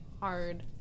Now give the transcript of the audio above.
hard